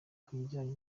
kubijyanye